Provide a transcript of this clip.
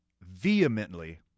vehemently